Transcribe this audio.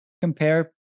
compare